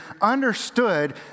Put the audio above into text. understood